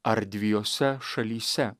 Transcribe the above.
ar dviejose šalyse